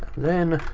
then.